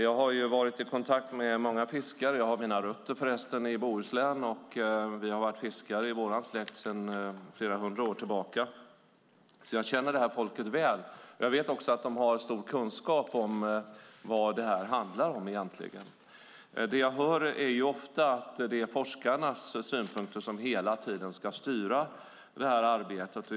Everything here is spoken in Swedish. Jag har varit i kontakt med många fiskare. Jag har mina rötter i Bohuslän. Vi har varit fiskare i vår släkt i flera hundra år, så jag känner det folket väl. Jag vet också de har stor kunskap om vad det egentligen handlar om. Vad jag hör är ofta att det är forskarnas synpunkter som hela tiden ska styra arbetet.